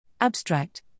Abstract